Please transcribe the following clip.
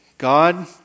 God